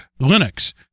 Linux